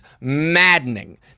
maddening